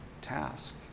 task